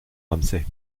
ramsay